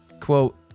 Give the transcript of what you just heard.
quote